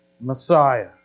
Messiah